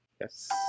Yes